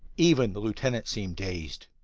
even the lieutenant seemed dazed.